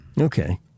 Okay